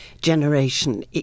generation